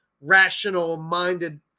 rational-minded